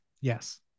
Yes